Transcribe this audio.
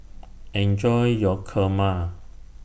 Enjoy your Kurma